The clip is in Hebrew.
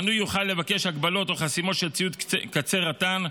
מנוי יוכל לבקש הגבלות או חסימות של ציוד קצה רט"ן,